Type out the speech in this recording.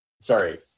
sorry